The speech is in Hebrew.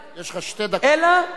יש לך שתי דקות לסכם.